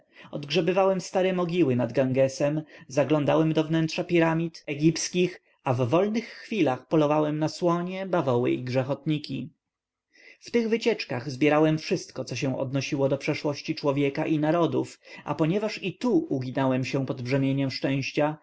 tysiące odgrzebywałem stare mogiły nad gangesem zaglądałem do wnętrza piramid egipskich a w wolnych chwilach polowałem na słonie bawoły i grzechotniki w tych wycieczkach zbierałem wszystko co się odnosiło do przeszłości człowieka i narodów a ponieważ i tu uginałem się pod brzemieniem szczęścia